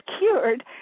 cured